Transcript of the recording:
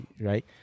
Right